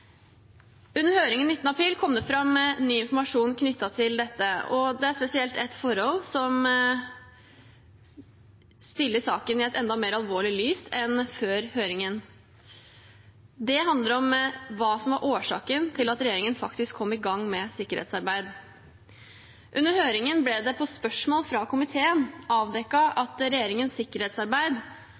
Under høringen 19. april kom det fram ny informasjon knyttet til dette, og det er spesielt ett forhold som stiller saken i et enda mer alvorlig lys enn før høringen. Det handler om hva som var årsaken til at regjeringen faktisk kom i gang med sikkerhetsarbeid. Under høringen ble det på spørsmål fra komiteen avdekket at regjeringens sikkerhetsarbeid